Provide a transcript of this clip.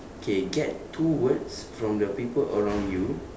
okay get two words from the people around you